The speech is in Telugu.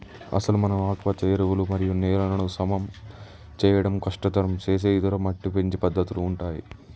అసలు మనం ఆకుపచ్చ ఎరువులు మరియు నేలలను సమం చేయడం కష్టతరం సేసే ఇతర మట్టి పెంచే పద్దతుల ఉంటాయి